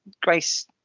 Grace